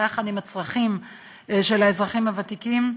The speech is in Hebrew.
יחד עם הצרכים של האזרחים הוותיקים,